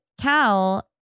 Cal